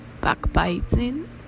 backbiting